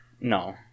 No